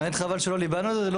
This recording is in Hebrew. באמת חבל שלא ליבנו את זה.